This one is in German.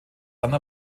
anna